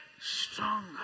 stronger